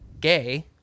gay